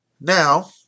Now